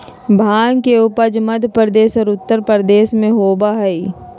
भांग के उपज मध्य प्रदेश और उत्तर प्रदेश में होबा हई